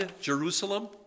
Jerusalem